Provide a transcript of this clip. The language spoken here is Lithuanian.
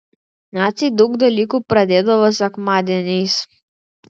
naciai daug dalykų pradėdavo sekmadieniais